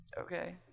okay